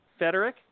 Federic